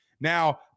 Now